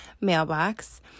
mailbox